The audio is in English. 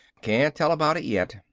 can't tell about it yet.